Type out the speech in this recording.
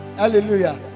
hallelujah